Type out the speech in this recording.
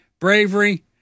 bravery